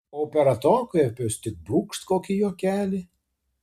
o per atokvėpius tik brūkšt kokį juokelį